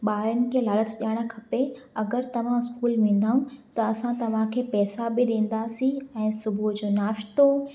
ॿारुनि के लालच ॾेयणु खपे अॻरि तव्हां स्कूल वेंदव त असां तव्हांखे पैसा बि ॾींदासीं ऐं सुबुह जो नाश्तो